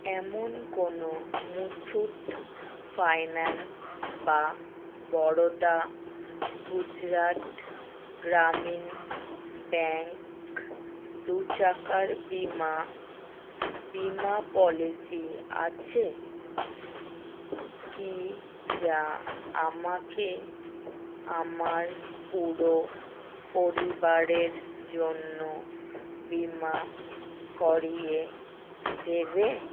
এমন কোনো মুথুট ফাইন্যান্স বা বরোদা গুজরাট গ্রামীণ ব্যাঙ্ক দু চাকার বিমা বিমা পলিসি আছে কি যা আমাকে আমার পুরো পরিবারের জন্য বীমা করিয়ে দেবে